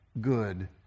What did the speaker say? good